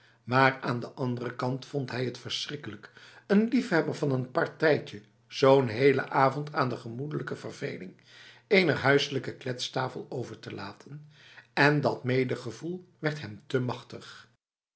maar aan de andere kant vond hij het verschrikkelijk een liefhebber van een partijtje zo'n hele avond aan de gemoedelijke verveling ener huiselijke kletstafel over te laten en dat meegevoel werd hem te machtig